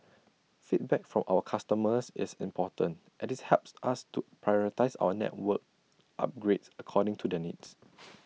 feedback from our customers is important as IT helps us to prioritise our network upgrades according to their needs